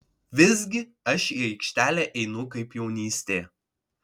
visgi aš į aikštelę einu kaip jaunystėje